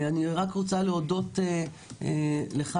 אני רוצה להודות לך,